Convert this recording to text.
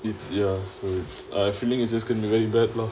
it's ya so there's a feeling is just gonna be very bad lah